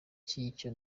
cy’icyo